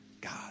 God